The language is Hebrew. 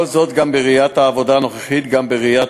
כל זאת גם בראיית העבודה הנוכחית וגם בראיית